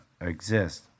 exist